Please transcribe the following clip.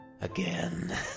Again